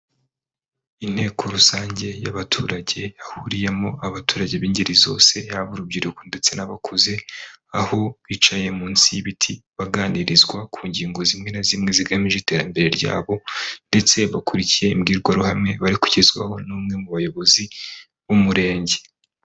Inteko rusange y'abaturage yahuriyemo abaturage b'ingeri zose, yaba urubyiruko ndetse n'abakuze, aho bicaye munsi y'ibiti baganirizwa ku ngingo zimwe na zimwe zigamije iterambere ryabo, ndetse bakurikiye imbwirwaruhame, bari kugezwaho n'umwe mu bayobozi b'Umurenge.